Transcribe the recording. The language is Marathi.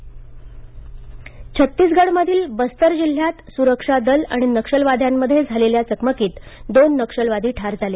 छत्तीसगढ छत्तीसगढमधील बस्तर जिल्ह्यात सुरक्षादल आणि नक्षलवाद्यांमध्ये झालेल्या चकमकीत दोन नक्षलवादी ठार झाले